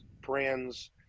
brands